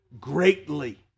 greatly